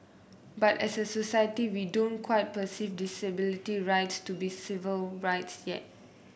but as a society we don't quite perceive disability rights to be civil rights yet